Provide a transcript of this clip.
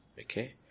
Okay